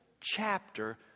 Chapter